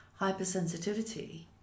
hypersensitivity